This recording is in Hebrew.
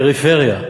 פריפריה.